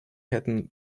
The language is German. hätten